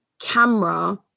camera